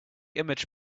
image